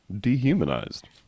dehumanized